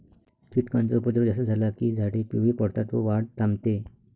कीटकांचा उपद्रव जास्त झाला की झाडे पिवळी पडतात व वाढ थांबते